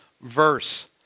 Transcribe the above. verse